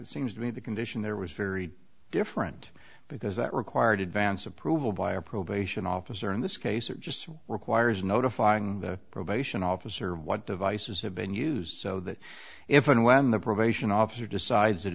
it seems to be the condition there was very different because that required advance approval by a probation officer in this case it just requires notifying the probation officer what devices have been used so that if and when the probation officer decides that